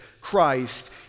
Christ